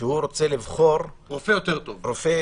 שהוא רוצה לבחור רופא